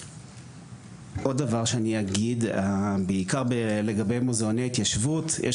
עוד דבר שאני אגיד בעיקר לגבי מוזיאוני ההתיישבות יש